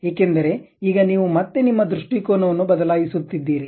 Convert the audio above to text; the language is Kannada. ಏಕೆಂದರೆ ಈಗ ನೀವು ಮತ್ತೆ ನಿಮ್ಮ ದೃಷ್ಟಿಕೋನವನ್ನು ಬದಲಾಯಿಸುತ್ತಿದ್ದೀರಿ